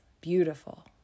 beautiful